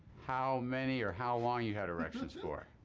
how many or how long you had erections for.